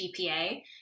gpa